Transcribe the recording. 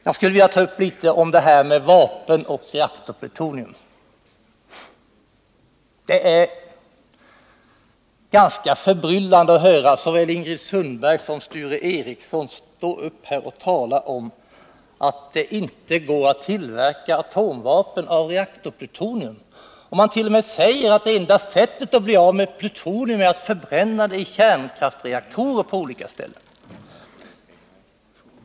Jag skulle också vilja ta upp det här med vapenoch reaktorplutonium. Det är förbryllande att höra såväl Ingrid Sundberg som Sture Ericson stå upp här och tala om att det inte går att tillverka atomvapen av reaktorplutonium. Man t.o.m. säger att det enda sättet att bli av med plutonium är att förbränna det i kärnkraftsreaktorer.